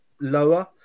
lower